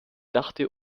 dachte